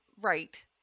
Right